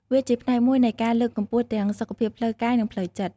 វាជាផ្នែកមួយនៃការលើកកម្ពស់ទាំងសុខភាពផ្លូវកាយនិងផ្លូវចិត្ត។